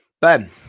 Ben